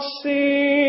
see